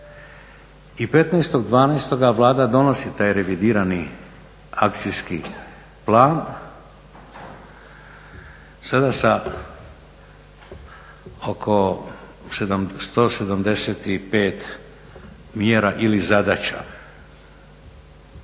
I 15.12. Vlada donosi taj revidirani akcijski plan sada sa oko 175 mjera ili zadaća.